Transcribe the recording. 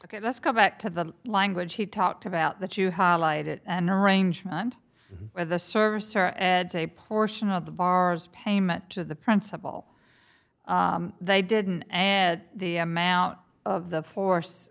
ok let's go back to the language he talked about that you highlighted an arrangement where the service or adds a portion of the bars payment to the principal they didn't and the amount of the force